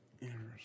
Interesting